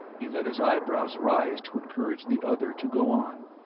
he let his eyebrows rise to encourage the other to go on.